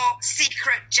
secret